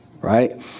right